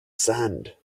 sand